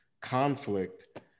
conflict